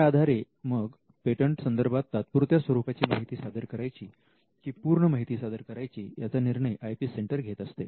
त्याआधारे मग पेटंट संदर्भात तात्पुरत्या स्वरूपाची माहिती सादर करायची की पूर्ण माहिती सादर करायची याचा निर्णय आय पी सेंटर घेत असते